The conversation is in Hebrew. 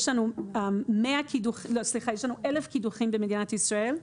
יש לנו 1,000 קידוחים במדינת ישראל.